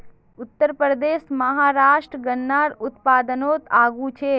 उत्तरप्रदेश, महाराष्ट्र गन्नार उत्पादनोत आगू छे